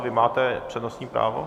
Vy máte přednostní právo?